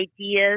ideas